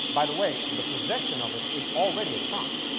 by the way, the possession of it is already a crime.